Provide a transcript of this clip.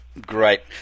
great